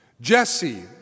Jesse